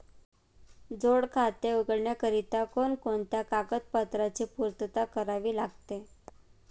जोड खाते उघडण्याकरिता कोणकोणत्या कागदपत्रांची पूर्तता करावी लागते?